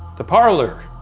the parlor.